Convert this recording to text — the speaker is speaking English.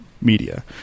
media